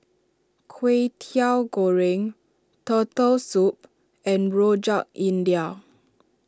Kwetiau Goreng Turtle Soup and Rojak India